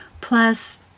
Plus